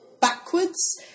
backwards